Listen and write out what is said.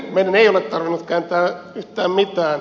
meidän ei ole tarvinnut kääntää yhtään mitään